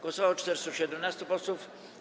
Głosowało 417 posłów.